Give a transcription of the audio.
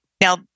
now